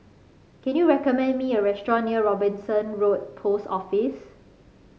can you recommend me a restaurant near Robinson Road Post Office